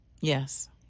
Yes